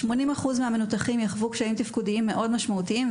80% מהמנותחים יחוו קשיים תפקודיים מאוד משמעותיים,